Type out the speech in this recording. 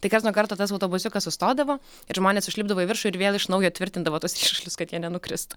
tai karts nuo karto tas autobusiukas sustodavo ir žmonės užlipdavo į viršų ir vėl iš naujo tvirtindavo tuos ryšulius kad jie nenukristų